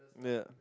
yeah